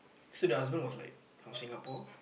so the husband was like from Singapore